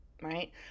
right